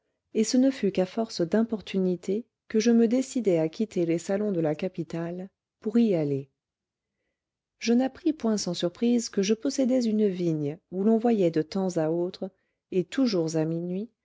et ce ne fut qu'à force d'importunités que je me décidai à quitter les salons de la capitale pour y aller je n'appris point sans surprise que je possédais une vigne où l'on voyait de tems à autres et toujours à minuit